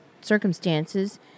circumstances